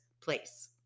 place